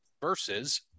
versus